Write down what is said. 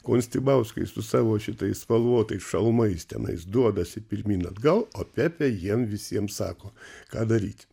konstibauskai su savo šitais spalvotais šalmais tenais duodasi pirmyn atgal o pepė jiem visiem sako ką daryti